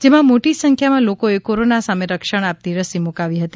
જેમાં મોટી સંખ્યામાં લોકોએ કોરાના સામે રક્ષણ આપતી રસી મૂકાવી હતી